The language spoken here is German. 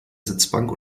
sitzbank